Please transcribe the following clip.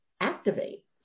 activate